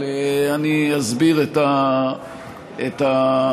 אני אסביר את הנושא,